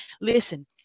listen